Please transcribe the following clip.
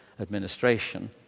administration